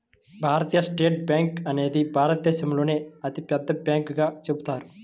భారతీయ state bank అనేది భారతదేశంలోనే అతిపెద్ద బ్యాంకుగా చెబుతారు